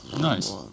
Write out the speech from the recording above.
Nice